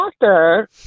doctor